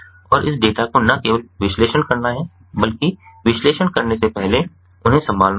और इस डेटा को न केवल विश्लेषण करना है बल्कि विश्लेषण करने से पहले उन्हें संभालना होगा